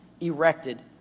erected